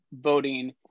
voting